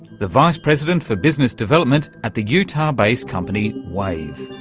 the vice president for business development at the utah-based company wave.